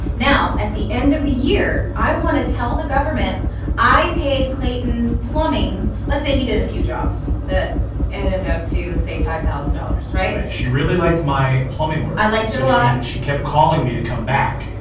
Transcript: now, at the end of the year, i want to tell the government i paid clayton's plumbing. let's say he did a few jobs that added up to say five thousand dollars. right. she really liked my plumbing. i liked it a lot. she kept calling me to come back.